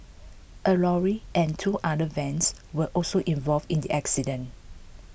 a lorry and two other vans were also involved in the accident